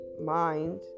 mind